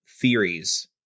theories